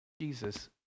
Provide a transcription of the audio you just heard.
Jesus